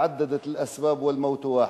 "תַעַדַדַת אלאַסְבַּאבּ וַאלְ-מַוּת וַאחֵד".